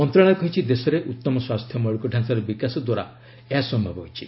ମନ୍ତ୍ରଣାଳୟ କହିଛି ଦେଶରେ ଉତ୍ତମ ସ୍ୱାସ୍ଥ୍ୟ ମୌଳିକ ଡ଼ାଞ୍ଚାର ବିକାଶ ଦ୍ୱାରା ଏହା ସମ୍ଭବ ହୋଇଛି